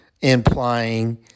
implying